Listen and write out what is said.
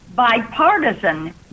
bipartisan